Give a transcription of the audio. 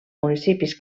municipis